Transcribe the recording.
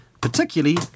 particularly